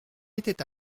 était